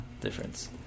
difference